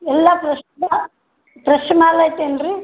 ಎಲ್ಲ fresh fresh ಮಾಲು ಐತೇನು ರೀ